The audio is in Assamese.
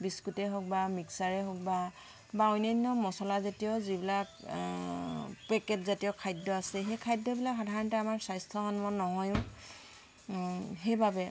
বিস্কুটেই হওক বা মিক্সাৰেই হওক বা বা অন্যান্য মছলাজাতীয় যিবিলাক পেকেটজাতীয় খাদ্য আছে সেই খাদ্যবিলাক সাধাৰণতে আমাৰ স্বাস্থ্যসন্মত নহয়ো সেইবাবে